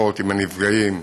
עם הנפגעים,